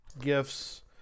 gifts